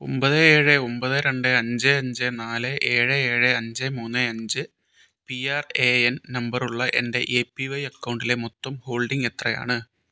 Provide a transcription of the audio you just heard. ഒൻപത് ഏഴ് ഒൻപത് രണ്ട് അഞ്ച് അഞ്ച് നാല് ഏഴ് ഏഴ് അഞ്ച് മൂന്ന് അഞ്ച് പി ആർ എ എൻ നമ്പറുള്ള എൻ്റെ എ പി വൈ അക്കൗണ്ടിലെ മൊത്തം ഹോൾഡിംഗ് എത്രയാണ്